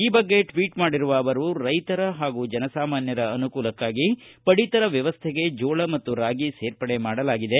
ಈ ಬಗ್ಗೆ ಟ್ವೀಟ್ ಮಾಡಿರುವ ಅವರು ರೈತರ ಹಾಗೂ ಜನಸಾಮಾನ್ಯರ ಅನುಕೂಲಕ್ಷಾಗಿ ಪಡಿತರ ವ್ಯವಸ್ಥೆಗೆ ಜೋಳ ಮತ್ತು ರಾಗಿಯನ್ನು ಸೇರ್ಪಡೆ ಮಾಡಲಾಗಿದೆ